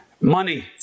Money